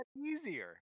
easier